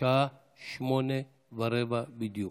בשעה 20:15 בדיוק.